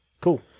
Cool